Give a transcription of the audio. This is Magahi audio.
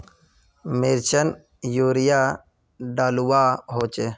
मिर्चान यूरिया डलुआ होचे?